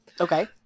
Okay